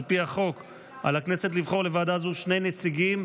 על פי החוק על הכנסת לבחור לוועדה הזו שני נציגים,